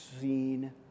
seen